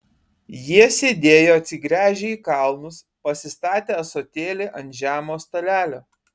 jie sėdėjo atsigręžę į kalnus pasistatę ąsotėlį ant žemo stalelio